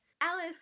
alice